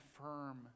firm